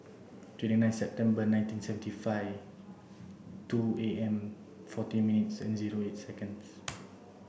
twenty nine September nineteen seventy five two A M forty minutes and zero eight seconds